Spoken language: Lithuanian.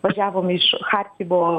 važiavom iš charkivo